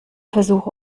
versuche